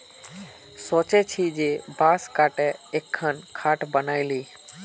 सोचे छिल जे बांस काते एकखन खाट बनइ ली